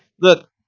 Look